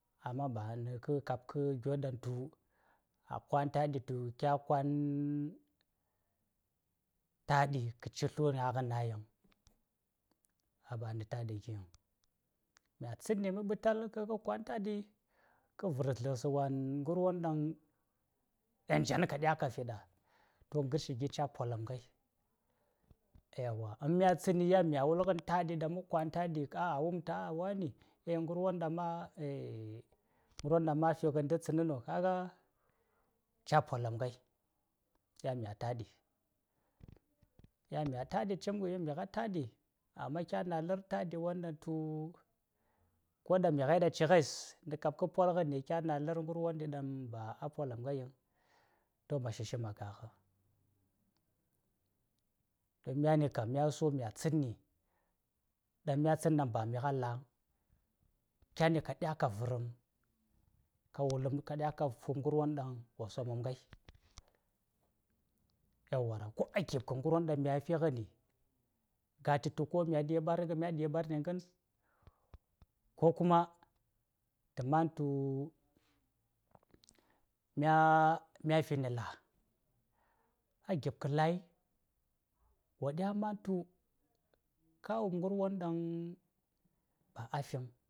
﻿Amma ba na ka kab ka gyo ɗan tu a kwan taɗi tu kya kwan taɗi kaci slu ŋagh nai vaŋ. ban taɗi givŋ. Mya tstni ma ɓital ma kwan taɗi, kvir zlaŋsawan ngarwon ɗaŋ, ɗaŋ jan ka ɗya ka fi ɗa. To ngarshi gica polamghai. Yauwa! Mya tsatni, yan mya wulgan tadi, ɗaŋ ma kwan taɗi ka wum, k wani, yel ngarwon ɗaŋ ma yel ngarwon daŋ ma fi gandan tsanan, ca Polamghai, yan migha taɗi. Yan migha taɗi cimga, migha taɗi, amma kya na lar taɗiwon daŋ tu ko ɗan mighai ɗa cighes na kabka polgani, kyana lar ngarwon ɗi ɗaŋ ba a polamnghai vaŋ, to ma shishi ma gagh. Don myani kam myasu mya tsatni, ɗaŋ mya tsatn ɗaŋ ba migha lavaŋ, kyani ka ɗya ka varam, ka wulam; ka ɗya ka fum ngarwon ɗaŋ wo ɗya sommamghai. Yauwa. Ko a gib ka ngarwon ɗaŋ migha fighani, ka slan tu gwon migha ɗiɓarghan, mya ɗiɓar na ngan, ko kuma ta man tu mya mya fi na la. A gib ka lai, wọ ɗya man tu, ba a fi vaŋ